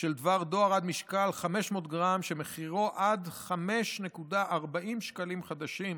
של דבר דואר עד משקל של 500 גרם שמחירו עד 5.40 שקלים חדשים,